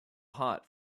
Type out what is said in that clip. hot